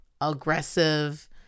aggressive